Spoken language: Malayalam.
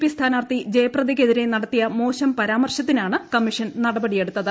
പി സ്ഥാനാർത്ഥി ജയപ്രദക്കെതിരെ നടത്തിയ മോശം പരാമർശത്തിനാണ് കമ്മീഷൻ നടപടി എടുത്തത്